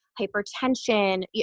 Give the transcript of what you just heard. hypertension